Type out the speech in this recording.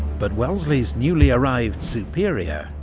but wellesley's newly-arrived superior,